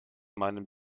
meinem